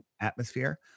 atmosphere